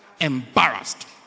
embarrassed